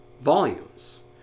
volumes